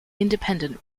independent